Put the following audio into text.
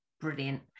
Brilliant